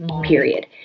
period